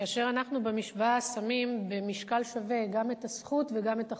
כאשר אנחנו במשוואה שמים במשקל שווה גם את הזכות וגם את החובה,